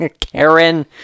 Karen